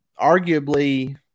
arguably –